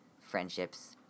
friendships